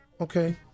Okay